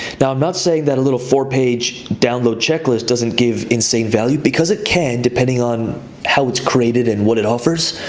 now i'm not saying that a little four page download checklist doesn't give insane value, because it can, depending on how it's created and what it offers,